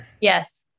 Yes